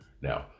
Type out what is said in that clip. Now